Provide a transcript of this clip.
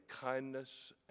kindness